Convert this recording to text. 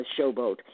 Showboat